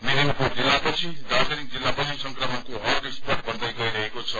मेदिनीपुर जिल्लापछि दार्जीलिङ जिल्ला पनि संक्रमणको हटस्पट बन्दै गइरहेको छ